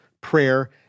prayer